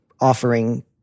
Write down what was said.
offering